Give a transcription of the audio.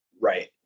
right